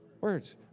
Words